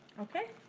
okay?